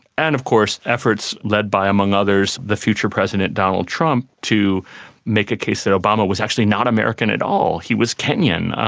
and of course efforts led by, among others, the future president donald trump, to make a case that obama was actually not american at all, he was kenyan,